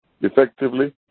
effectively